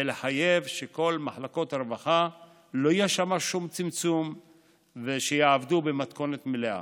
ולחייב שבכל מחלקות הרווחה לא יהיה שום צמצום ושיעבדו במתכונת מלאה.